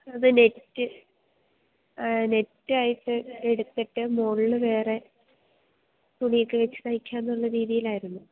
അത് നെറ്റ് നെറ്റായിട്ട് എടുത്തിട്ട് മുകളിൽ വേറെ തുണിയൊക്കെ വെച്ചു തയ്ക്കുകയെന്നുള്ള രീതിയിലായിരുന്നു